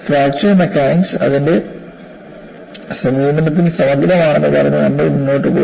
fracture mechanics അതിന്റെ സമീപനത്തിൽ സമഗ്രമാണെന്ന് പറഞ്ഞ് നമ്മൾ മുന്നോട്ട് പോയി